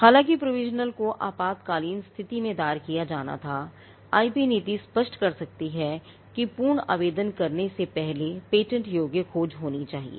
हालांकि प्रोविजनल को आपातकालीन स्थिति में दायर किया जाना थाआईपी नीति स्पष्ट कर सकती है कि पूर्ण आवेदन से पहले पेटेंट योग्य खोज होनी चाहिए